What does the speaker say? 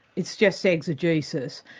it's just so exegesis.